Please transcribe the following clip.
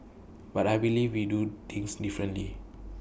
but I believe we do things differently